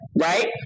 right